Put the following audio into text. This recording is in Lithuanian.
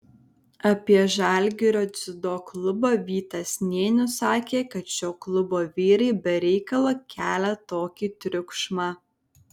apie žalgirio dziudo klubą vytas nėnius sakė kad šio klubo vyrai be reikalo kelia tokį triukšmą